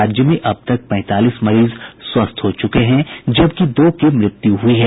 राज्य में अब तक पैंतालीस मरीज स्वस्थ हो चुके हैं जबकि दो की मृत्यु हुई है